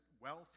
Wealth